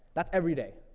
that's every day.